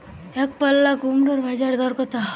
একপাল্লা কুমড়োর বাজার দর কত?